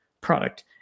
product